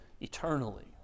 eternally